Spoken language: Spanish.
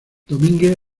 domínguez